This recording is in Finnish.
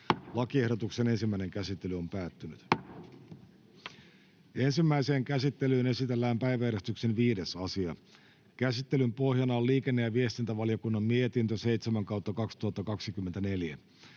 annetun lain muuttamisesta Time: N/A Content: Ensimmäiseen käsittelyyn esitellään päiväjärjestyksen 5. asia. Käsittelyn pohjana on liikenne- ja viestintävaliokunnan mietintö LiVM